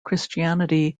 christianity